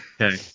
Okay